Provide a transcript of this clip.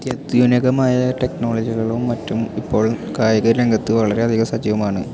ആധുനികമായ ടെക്നോലജികളും മറ്റും ഇപ്പോൾ കായിക രംഗത്ത് വളരെയധികം സജീവമാണ്